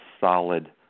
solid